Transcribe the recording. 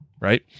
right